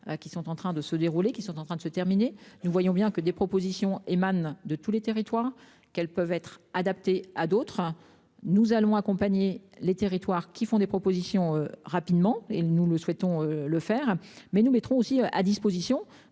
qui sont en train de se dérouler, qui sont en train de se terminer. Nous voyons bien que des propositions émanent de tous les territoires qu'elles peuvent être adapté à d'autres. Nous allons accompagner les territoires qui font des propositions rapidement et nous le souhaitons le faire, mais nous mettrons aussi à disposition